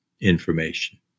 information